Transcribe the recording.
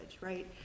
right